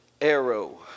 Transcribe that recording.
arrow